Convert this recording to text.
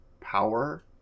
power